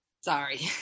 Sorry